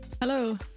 Hello